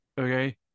okay